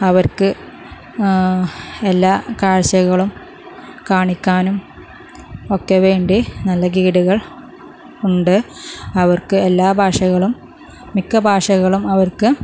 അവർക്ക് എല്ലാ കാഴ്ചകളും കാണിക്കാനും ഒക്കെ വേണ്ടി നല്ല ഗൈഡുകൾ ഉണ്ട് അവർക്ക് എല്ലാ ഭാഷകളും മിക്ക ഭാഷകളും അവർക്ക്